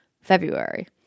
February